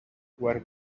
where